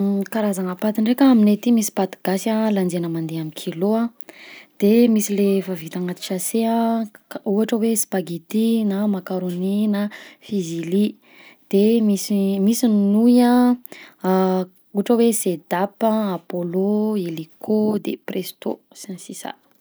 Karazana paty ndraiky an: aminay aty misy paty gasy an lanjaina mandeha amy kilo an, de misy le fa vita anaty sase ka- ohatra hoe spaghetti, macaroni na fusilli, de misy misy ny nouille an, ohatra hoe sedaap, apollo, illico, de presto, zay sisa.